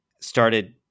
started